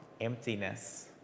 emptiness